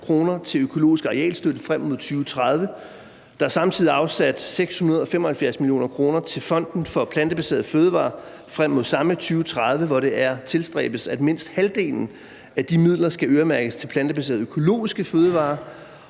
til økologisk arealstøtte frem mod 2030. Der er samtidig afsat 675 mio. kr. til Fonden for Plantebaserede Fødevarer ligeledes frem mod 2030, hvor det tilstræbes, at mindst halvdelen af de midler skal øremærkes til plantebaserede økologiske fødevarer,